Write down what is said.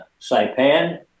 Saipan